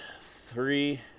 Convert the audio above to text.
three